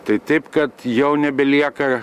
tai taip kad jau nebelieka